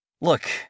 Look